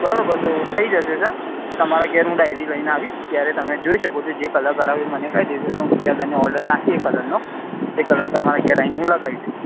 બરાબર તો થઇ જશે સર તમારા ઘેર હું ડાયરી લઇને આવીશ ત્યારે તમે જોઈ શકો છો જે કલર કરાવવો હોય એ મને કહી દેજો એટલે બીજા દહાડે ઓર્ડર નાખી એ કલરનો એ કલર તમારાં ઘેર આવી ને હું લગાવી જઈશ